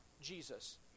Jesus